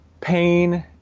pain